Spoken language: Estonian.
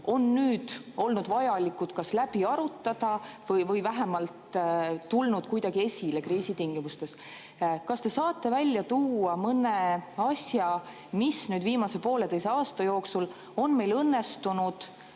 on nüüd olnud vaja kas läbi arutada või on need vähemalt tulnud kuidagi esile kriisi tingimustes. Kas te saate välja tuua mõne asja, mis meil on viimase pooleteise aasta jooksul õnnestunud